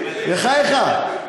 בחייך,